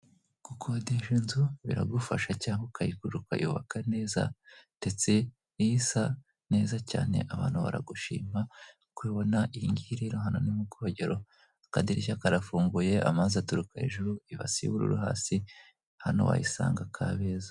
Gukodesha inzu biragufasha cyangwa ukayigura uka yubaka neza ndetse n'iyo isa neza cyane abantu baragushima uko ubibona iyi ngiyi rero hano ni mu bwogero akadirishya karafunguye, amazi aturuka hejuru, ibase y'ubururu hasi hano wayisanga kabeza.